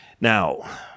Now